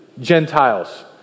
Gentiles